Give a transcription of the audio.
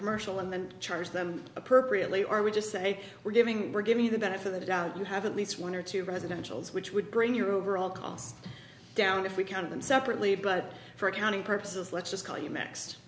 commercial and charge them appropriately or we just say we're giving we're giving you the benefit of the doubt you have at least one or two residential which would bring your overall cost down if we count them separately but for accounting purposes let's just call you max